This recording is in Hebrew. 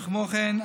כמו כן,